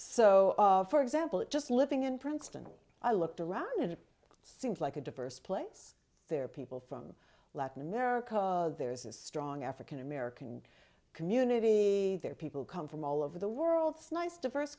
so for example it just living in princeton i looked around and it seems like a diverse place there are people from latin america there's a strong african american community there people come from all over the world's nice diverse